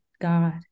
God